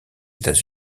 états